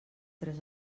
tres